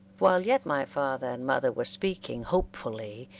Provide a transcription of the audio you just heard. while yet my father and mother were speaking hopefully,